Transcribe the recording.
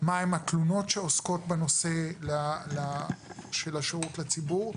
מהן התלונות שעוסקות בנושא השירות לציבור,